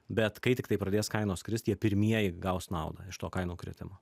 bet kai tiktai pradės kainos krist jie pirmieji gaus naudą iš to kainų kritimo